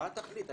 מה התכלית?